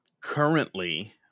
Currently